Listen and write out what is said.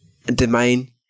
domain